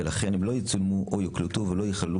ולכן הם לא יצוינו או יוקלטו ולא ייכללו